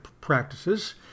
practices